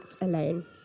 alone